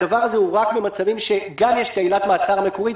הכלי הזה הוא רק במצבים שבהם יש גם את עילת המעצר המקורית